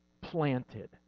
planted